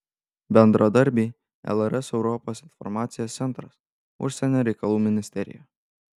bendradarbiai lrs europos informacijos centras užsienio reikalų ministerija